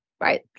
right